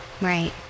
Right